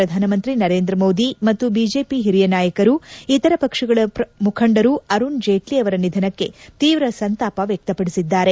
ಪ್ರಧಾನಮಂತ್ರಿ ನರೇಂದ್ರ ಮೋದಿ ಮತ್ತು ಬಿಜೆಪಿಯ ಹಿರಿಯ ನಾಯಕರು ಇತರ ಪಕ್ಷಗಳು ಮುಖಂಡರು ಅರುಣ್ ಜೇಟ್ಲ ಅವರ ನಿಧನಕ್ಕೆ ತೀವ್ರ ಸಂತಾಪ ವ್ವಕ್ತಪಡಿಸಿದ್ದಾರೆ